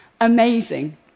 amazing